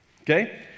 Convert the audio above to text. Okay